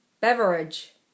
Beverage